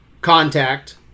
contact